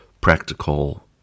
practical